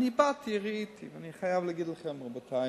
אני באתי, ראיתי, ואני חייב להגיד לכם, רבותי,